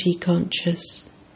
conscious